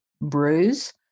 bruise